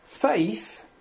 faith